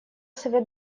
совет